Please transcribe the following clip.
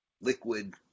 liquid